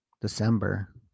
december